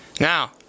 Now